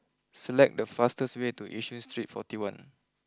select the fastest way to Yishun Street forty one